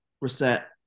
reset